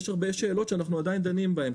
ויש הרבה שאלות שאנחנו עדיין דנים בהן.